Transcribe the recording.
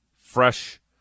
fresh